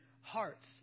hearts